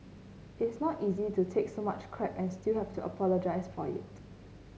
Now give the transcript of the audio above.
it's not easy to take so much crap and still have to apologise for it